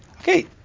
Okay